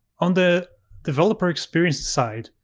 on the developer experience side,